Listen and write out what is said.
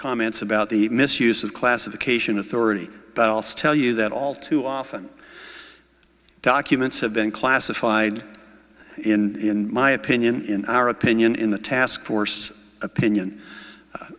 comments about the misuse of classification authority tell you that all too often documents have been classified in my opinion in our opinion in the taskforce opinion